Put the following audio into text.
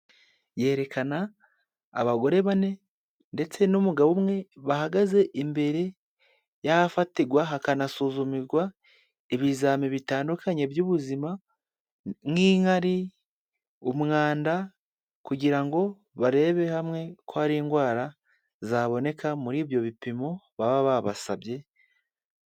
Yerekana abagore bane ndetse n'umugabo umwe bahagaze imbere y'ahafatirwa hakanasuzumirwa ibizamini bitandukanye by'ubuzima nk'inkari, umwanda kugira ngo barebe hamwe ko hari indwara zaboneka muri ibyo bipimo baba babasabye.